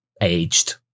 aged